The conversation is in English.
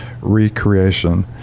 recreation